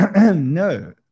no